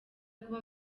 kuba